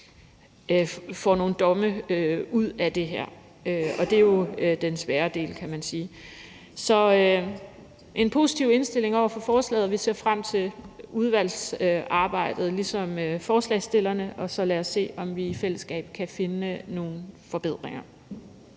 får nogle domme ud af det her, og det er jo den svære del, kan man sige. Så vi har en positiv indstilling over for forslaget, og vi ser frem til udvalgsarbejdet ligesom forslagsstillerne, og så lad os se, om vi i fællesskab kan finde nogle forbedringer.